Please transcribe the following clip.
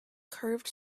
curved